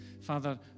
Father